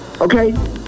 Okay